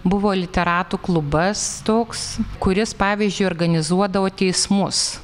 buvo literatų klubas toks kuris pavyzdžiui organizuodavo teismus